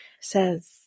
says